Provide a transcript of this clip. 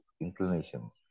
inclinations